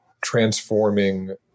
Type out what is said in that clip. transforming